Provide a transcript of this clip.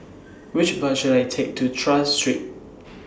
Which Bus should I Take to Tras Street